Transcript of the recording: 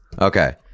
okay